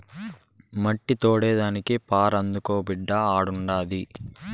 మట్టి తోడేదానికి పార అందుకో బిడ్డా ఆడుండాది